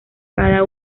cada